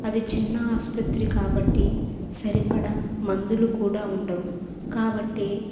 అది చిన్న ఆసుపత్రి కాబట్టి సరిపడా మందులు కూడా ఉండవు కాబట్టి